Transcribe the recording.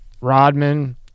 Rodman